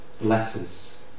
blesses